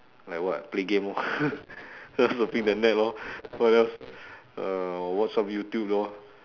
like what play game lor just surfing the net lor what else uh watch some youtube lor